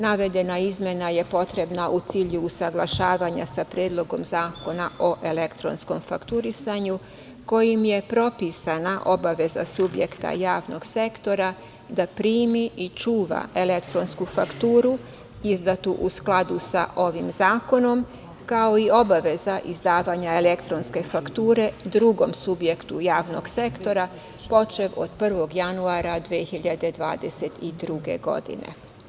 Navedena izmena je potrebna u cilju usaglašavanja sa Predlogom zakona o elektronskom fakturisanju kojim je propisana obaveza subjekta javnog sektora da primi i čuva elektronsku fakturu izdatu u skladu sa ovim zakonom, kao i obaveza izdavanja elektronske fakture drugom subjektu javnog sektora, počev od 1. januara 2022. godine.